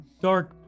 dark